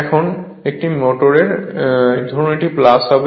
এখন এটি একটি মোটর এবং ধরুন এটি হবে